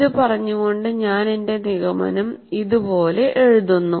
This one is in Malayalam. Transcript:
ഇത് പറഞ്ഞുകൊണ്ട് ഞാൻ എന്റെ നിഗമനം ഇതുപോലെ എഴുതുന്നു